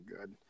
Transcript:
good